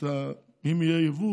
אם יהיה יבוא